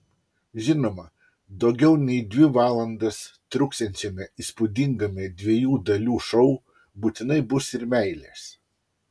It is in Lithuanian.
žinoma daugiau nei dvi valandas truksiančiame įspūdingame dviejų dalių šou būtinai bus ir meilės